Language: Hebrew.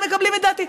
לא מקבלים את דעתי.